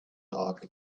dog